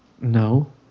No